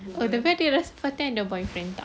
oh tapi adik rasa fatin ada boyfriend tak